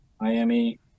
Miami